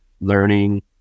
learning